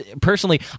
personally